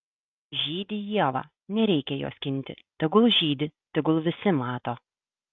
žydi ieva nereikia jos skinti tegul žydi tegul visi mato